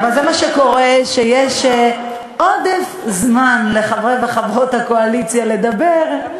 אבל זה מה שקורה כשיש עודף זמן לחברי וחברות הקואליציה לדבר,